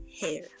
hair